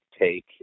take